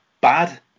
bad